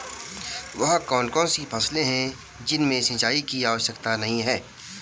वह कौन कौन सी फसलें हैं जिनमें सिंचाई की आवश्यकता नहीं है?